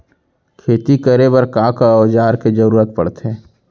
खेती करे बर का का औज़ार के जरूरत पढ़थे?